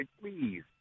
please